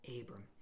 Abram